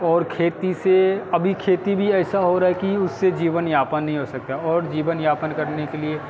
और खेती से अभी खेती भी ऐसा हो रहा है कि उसे जीवन यापन नहीं हो सकता और जीवन यापन करने के लिए